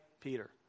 Peter